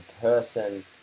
person